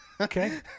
Okay